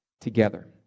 together